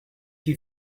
you